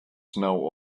know